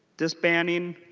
disbanding.